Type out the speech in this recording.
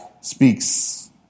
speaks